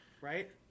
right